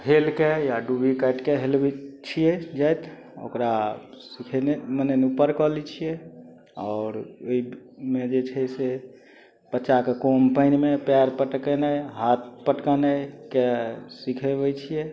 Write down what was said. हेलकए या डूबी काटिके हेलबै छियै जाइत ओकरा सिखेने मने ऊपर कऽ लै छियै आओर ओहिमे जे छै से बच्चाके कम पानिमे पएर पटकेनाइ हाथ पटकनाइके सिखेबै छियै